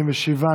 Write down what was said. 47,